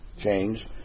change